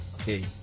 Okay